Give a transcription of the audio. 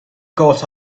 got